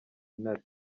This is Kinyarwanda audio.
intare